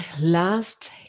last